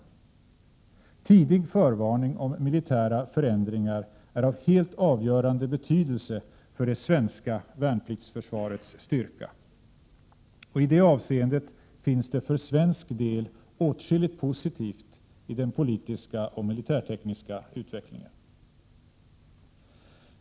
Tidig förvarning om militära förändringar är av helt avgörande betydelse för det svenska värnpliktsförsvarets styrka, och i det avseendet finns det för svensk del åtskilligt positivt i den politiska och militärtekniska utvecklingen.